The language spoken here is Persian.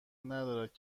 ندارد